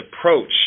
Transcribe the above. approach